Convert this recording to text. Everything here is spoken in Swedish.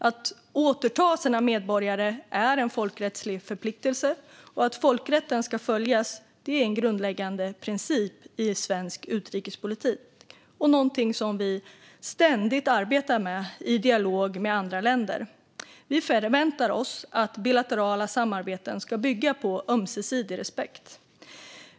Att återta sina egna medborgare är en folkrättslig förpliktelse, och att folkrätten ska följas är en grundläggande princip i svensk utrikespolitik och något vi ständigt arbetar med i dialog med andra länder. Vi förväntar oss att bilaterala samarbeten ska bygga på ömsesidig respekt.